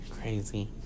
crazy